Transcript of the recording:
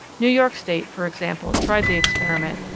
new york state, for example, tried the experiment,